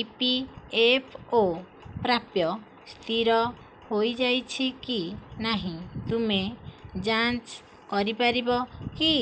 ଇ P F O ପ୍ରାପ୍ୟ ସ୍ଥିର ହୋଇଯାଇଛି କି ନାହିଁ ତୁମେ ଯାଞ୍ଚ କରିପାରିବ କି